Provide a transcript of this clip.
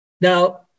Now